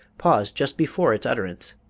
pause just before its utterance,